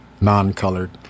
non-colored